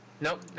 Nope